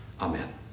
Amen